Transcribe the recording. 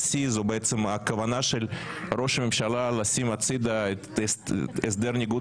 שיא זה בעצם הכוונה של ראש הממשלה לשים הצדה את הסדר ניגוד